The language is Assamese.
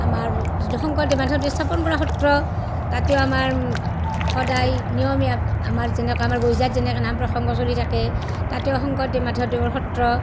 আমাৰ যিটো শংকৰদেৱ মাধৱদেৱে স্থাপন কৰা সত্ৰ তাতেও আমাৰ সদায় নিয়মীয়া আমাৰ যেনেকৈ আমাৰ গইজাত যেনেকে নাম প্ৰসংগ চলি থাকে তাতেও শংকৰদেৱ মাধৱদেৱৰ সত্ৰ